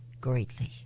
greatly